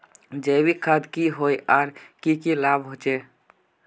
जैविक खाद की होय आर की की लाभ होचे?